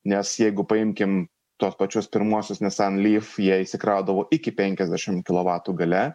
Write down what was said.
nes jeigu paimkime tuos pačius pirmuosius nissan lyf įsikraudavo iki penkiasdešim kilovatų galia